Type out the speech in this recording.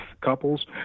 couples